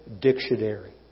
dictionary